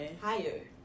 higher